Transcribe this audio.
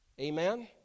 Amen